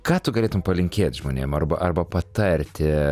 ką tu galėtum palinkėt žmonėms arba arba patarti